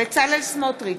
בצלאל סמוטריץ,